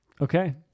Okay